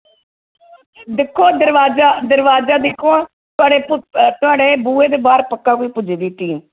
दिक्खो दरोआजा दरोआजा दिक्खो हां थोआढ़े बुहे दे बाह्र पक्का कोई पुज्जी दी टीम